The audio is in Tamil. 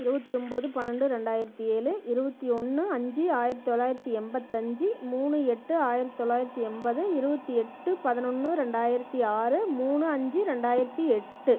இருபத்தி ஒம்பது பன்னெண்டு ரெண்டாயிரத்து ஏழு இருபத்தி ஒன்று அஞ்சு ஆயிரத்து தொள்ளாயிரத்தி எண்பத்தஞ்சி மூணு எட்டு ஆயிரத்து தொள்ளாயிரத்தி எண்பது இருபத்தி எட்டு பதினொன்று ரெண்டாயிரத்து ஆறு மூணு அஞ்சு ரெண்டாயிரத்து எட்டு